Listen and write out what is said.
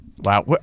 Wow